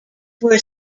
were